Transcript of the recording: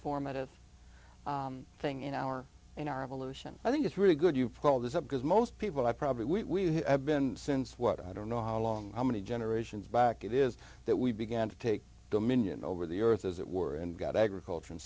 formative thing in our in our evolution i think it's really good you've called this up because most people i probably we have been since what i don't know how long how many generations back it is that we began to take dominion over the earth as it were and got agriculture